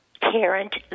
parent